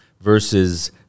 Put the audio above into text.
versus